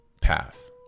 path